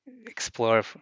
explore